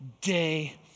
day